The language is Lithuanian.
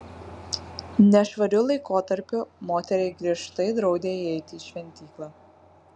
nešvariu laikotarpiu moteriai griežtai draudė įeiti į šventyklą